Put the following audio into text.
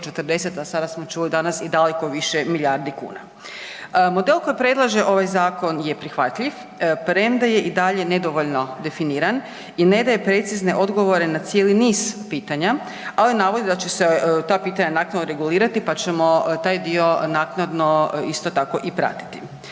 a sada smo čuli danas, i daleko više milijardi kuna. Model koji predlaže ovaj zakon je prihvatljiv premda je i dalje nedovoljno definiran i ne daje precizne odgovore na cijeli niz pitanja ali navodi da će se ta pitanja naknadno regulirati pa ćemo taj dio naknadno isto tako i pratiti.